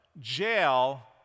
jail